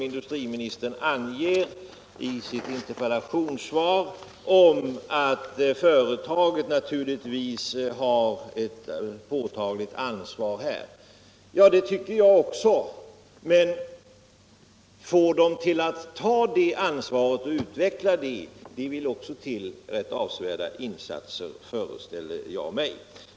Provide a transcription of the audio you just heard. Industriministern talar i sitt interpellationssvar om att företaget naturligtvis har ett påtagligt ansvar. Det tycker jag också, men för att få Järnförädling att ta det ansvaret vill det också till rätt avsevärda insatser, föreställer jag mig.